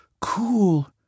Cool